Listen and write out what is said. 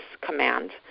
command